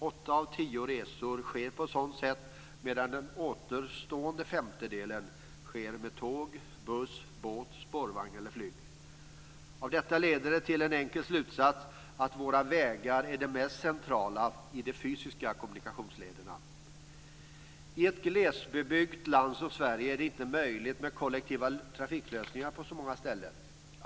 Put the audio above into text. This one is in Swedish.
Åtta av tio resor sker på sådant sätt, medan den återstående femtedelen sker med tåg, buss, båt, spårvagn eller flyg. Detta leder till en enkel slutsats, att våra vägar är det mest centrala i de fysiska kommunikationslederna. I ett glesbebyggt land som Sverige är det inte möjligt med kollektiva trafiklösningar på så många ställen.